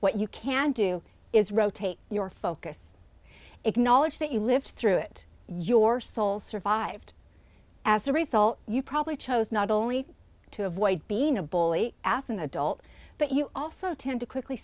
what you can do is rotate your focus acknowledge that you lived through it your soul survived as a result you probably chose not only to avoid being a bully ass an adult but you also tend to quickly